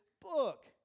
book